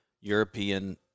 European